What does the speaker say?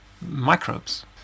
microbes